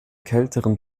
kälteren